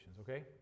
okay